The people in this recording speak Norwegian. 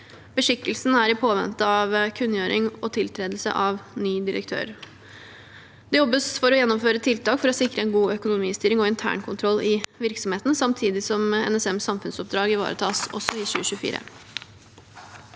Beskikkelsen er i påvente av kunngjøring og tiltredelse av ny direktør. Det jobbes for å gjennomføre tiltak for å sikre en god økonomistyring og internkontroll i virksomheten, samtidig som NSMs samfunnsoppdrag ivaretas også i 2024.